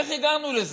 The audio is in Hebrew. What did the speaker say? איך הגענו לזה?